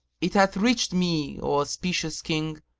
it hath reached me, o auspicious king,